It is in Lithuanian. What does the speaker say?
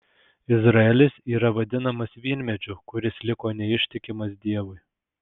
izraelis yra vadinamas vynmedžiu kuris liko neištikimas dievui